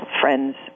friends